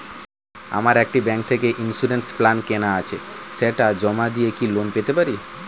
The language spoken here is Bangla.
আমার একটি ব্যাংক থেকে ইন্সুরেন্স প্ল্যান কেনা আছে সেটা জমা দিয়ে কি লোন পেতে পারি?